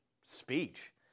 speech